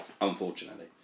Unfortunately